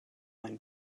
ein